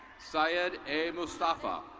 syed a mustafa.